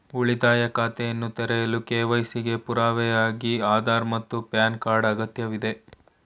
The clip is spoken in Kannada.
ಉಳಿತಾಯ ಖಾತೆಯನ್ನು ತೆರೆಯಲು ಕೆ.ವೈ.ಸಿ ಗೆ ಪುರಾವೆಯಾಗಿ ಆಧಾರ್ ಮತ್ತು ಪ್ಯಾನ್ ಕಾರ್ಡ್ ಅಗತ್ಯವಿದೆ